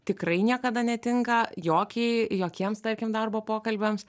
tikrai niekada netinka jokiai jokiems tarkim darbo pokalbiams